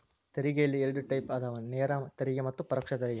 ತೆರಿಗೆಯಲ್ಲಿ ಎರಡ್ ಟೈಪ್ ಅದಾವ ನೇರ ತೆರಿಗೆ ಮತ್ತ ಪರೋಕ್ಷ ತೆರಿಗೆ